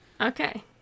okay